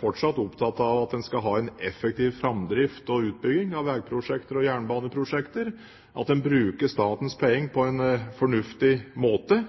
fortsatt opptatt av at en skal ha en effektiv framdrift og utbygging av vegprosjekter og jernbaneprosjekter, og at en bruker statens penger på en fornuftig måte.